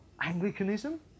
Anglicanism